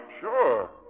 Sure